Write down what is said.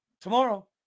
tomorrow